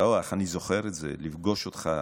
איך אני זוכר את זה, לפגוש אותך,